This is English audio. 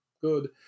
good